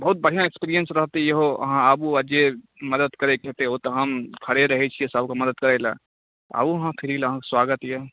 बहुत बढ़िआँ एक्सपीरिएन्स रहतै ईहो अहाँ आबू आओर जे मदति करैके हेतै ओ तऽ हम खड़े रहै छिए सबके मदति करैलए आबू अहाँ फ्री लऽ अहाँके स्वागत अइ